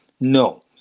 No